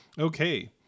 Okay